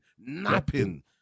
napping